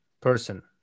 person